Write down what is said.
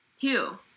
Two